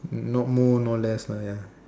not more not less lah ya